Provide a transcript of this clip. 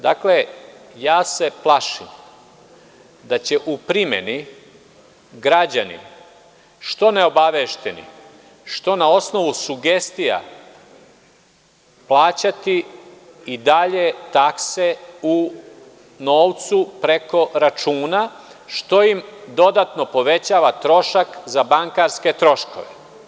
Dakle, ja se plašim da će u primeni građani, što neobavešteni, što na osnovu sugestija plaćati i dalje takse u novcu preko računa što im dodatno povećava trošak za bankarske troškove.